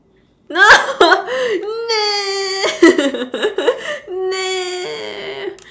no no no